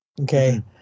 Okay